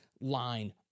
line